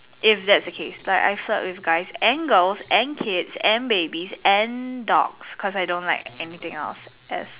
if that's the case like I flirt with guys and girls and kids and babies dogs cause I don't like anything else